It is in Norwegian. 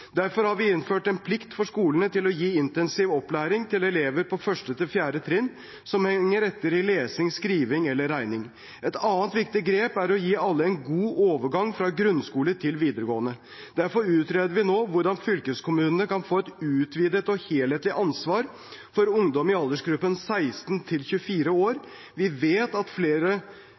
Derfor har vi innført en plikt for skolene til å gi intensiv opplæring til elever på 1.–4. trinn som henger etter i lesing, skriving eller regning. Et annet viktig grep er å gi alle en god overgang fra grunnskole til videregående. Derfor utreder vi nå hvordan fylkeskommunene kan få et utvidet og helhetlig ansvar for ungdom i aldersgruppen 16 til 24 år. Vi vil at flere